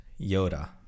Yoda